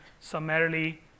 summarily